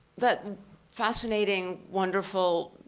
that fascinating, wonderful,